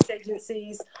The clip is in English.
agencies